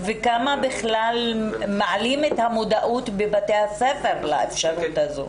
וכמה בכלל מעלים את המודעות בבתי הספר לאפשרות הזו.